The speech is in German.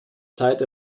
zeit